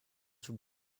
would